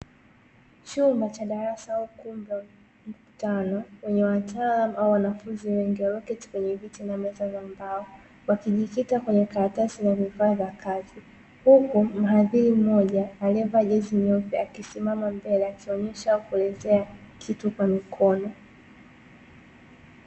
Chumba cha darasa au ukumbi wa mikutano wenye wataalumu au wanafunzi wengi walioketi katika viti na meza za mbao, wakijikita kwenye karatasi na vifaa vya kazi, huku mhadhiri mmoja aliyevaa jezi nyeupe akisimama mbele akionyesha au kuelezea kitu kwa mikono.